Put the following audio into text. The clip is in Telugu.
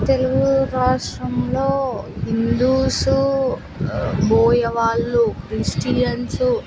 తెలుగు రాష్ట్రంలో హిందూసు బోయవాళ్ళు క్రిస్టియన్సు